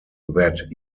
that